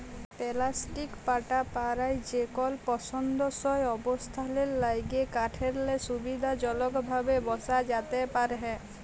plastic পাটা পারায় যেকল পসন্দসই অবস্থালের ল্যাইগে কাঠেরলে সুবিধাজলকভাবে বসা যাতে পারহে